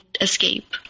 escape